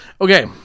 Okay